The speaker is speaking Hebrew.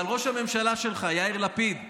אבל ראש הממשלה שלך יאיר לפיד,